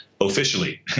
officially